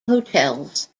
hotels